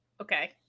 Okay